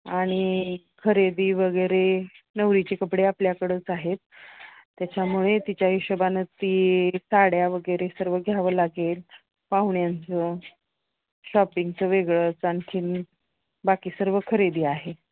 आणि खरेदी वगैरे नवरीचे कपडे आपल्याकडंच आहेत त्याच्यामुळे तिच्या हिशोबानं ती साड्या वगैरे सर्व घ्यावं लागेल पाहुण्यांचं शॉपिंगचं वेगळंच आणखीन बाकी सर्व खरेदी आहे